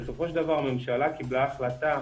בסופו של דבר הממשלה קיבלה החלטה